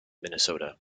minnesota